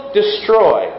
destroy